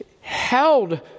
held